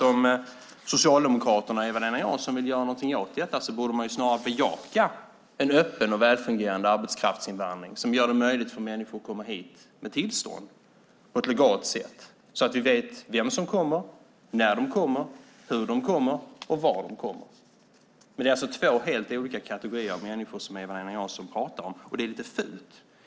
Om Socialdemokraterna och Eva-Lena Jansson vill göra någonting åt detta borde man snarare bejaka en öppen och välfungerande arbetskraftsinvandring som gör det möjligt för människor att komma hit med tillstånd på ett legalt sätt, så att vi vet vilka som kommer, när de kommer, hur de kommer och var de kommer. Men det är alltså två helt olika kategorier av människor som Eva-Lena Jansson pratar om. Och det är lite fult.